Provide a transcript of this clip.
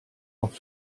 noch